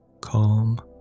Calm